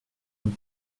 nous